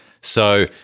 So-